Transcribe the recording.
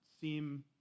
seem